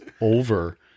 over